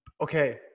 Okay